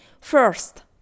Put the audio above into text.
First